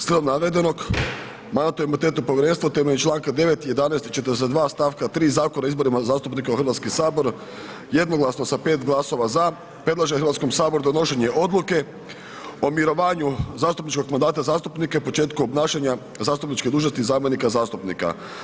S navedenog Mandatno-imunitetno povjerenstvo temeljem članka 9., 11. i 42. stavka 3. Zakona o izborima zastupnika u Hrvatski sabor jednoglasno sa pet glasova ZA, predlaže Hrvatskom saboru donošenje Odluka o mirovanju zastupničkog mandata zastupnike početku obnašanja zastupničke dužnosti zamjenika zastupnika.